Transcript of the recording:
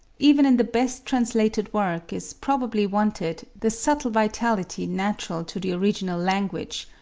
even in the best translated work is probably wanted the subtle vitality natural to the original language,